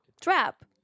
Trap